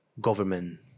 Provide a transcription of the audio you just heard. government